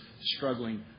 struggling